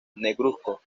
negruzco